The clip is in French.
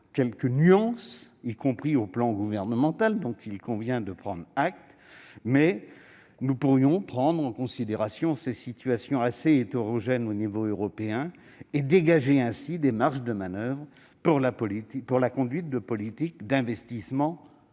quelques nuances, y compris au sein du Gouvernement, dont il convient de prendre acte, mais nous pourrions prendre en considération cette situation assez hétérogène à l'échelle européenne et dégager des marges de manoeuvre pour la conduite de politiques d'investissement audacieuses.